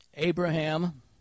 Abraham